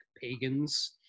pagans